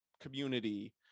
community